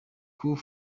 coup